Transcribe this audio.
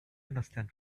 understand